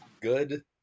good